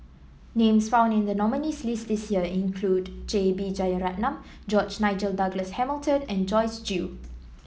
names found in the nominees' list this year include J B Jeyaretnam George Nigel Douglas Hamilton and Joyce Jue